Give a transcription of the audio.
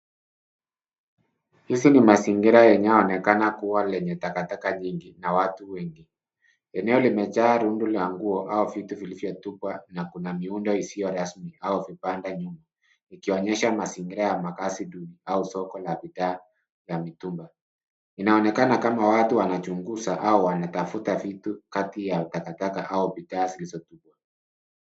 Hizi ni mazingira inayo onekana kuwa lenye takataka nyingi na watu wengi. Eneo limejaa rundu la nguo au vitu vilivyo tupwa na kuna miundo isio rasmi au vibanda nyuma, ikionyesha mazingira ya makazi duni au soko la bidhaa la mitumba. Inaonekana kama watu wanachunguza au wanatafuta vitu kati ya takataka au bidhaa zilizo tupwa.